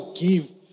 give